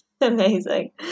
Amazing